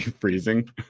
freezing